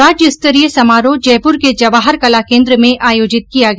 राज्य स्तरीय समारोह जयपूर के जवाहर कला केन्द्र में आयोजित किया गया